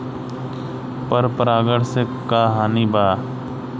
पर परागण से का हानि बा?